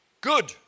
Good